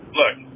look